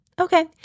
okay